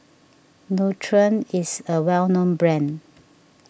Nutren is a well known brand